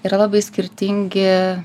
yra labai skirtingi